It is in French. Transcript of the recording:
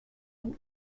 vous